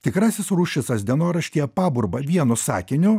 tikrasis ruščicas dienoraštyje paburba vienu sakiniu